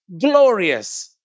glorious